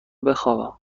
بخوابم